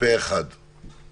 פה אחד הצעת הפיצול אושרה.